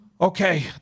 Okay